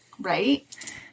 right